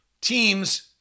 teams